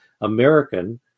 American